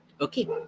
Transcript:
okay